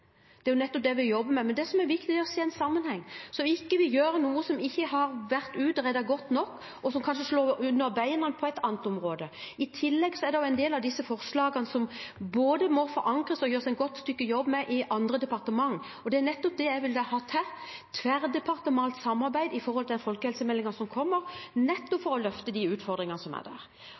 Det er jo nettopp det vi jobber med. Men det som er viktig, er å se en sammenheng, så vi ikke gjør noe som ikke har vært utredet godt nok, og som kanskje slår beina vekk under et annet område. I tillegg er det en del av disse forslagene som både må forankres og gjøres et godt stykke jobb med i andre departementer. Det er nettopp det jeg ville hatt her, et tverrdepartementalt samarbeid med hensyn til den folkehelsemeldingen som kommer, nettopp for å løfte de utfordringene som er der.